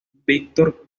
víctor